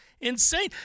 Insane